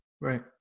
Right